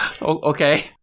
Okay